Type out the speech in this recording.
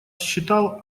считал